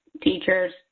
teachers